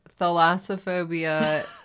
Thalassophobia